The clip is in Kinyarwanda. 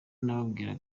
nababwira